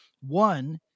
One